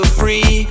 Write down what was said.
free